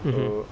mmhmm